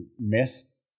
miss